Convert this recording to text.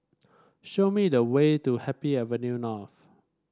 show me the way to Happy Avenue North